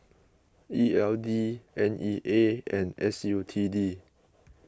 E L D N E A and S U T D